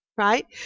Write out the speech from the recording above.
right